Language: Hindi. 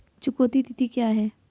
चुकौती तिथि क्या है?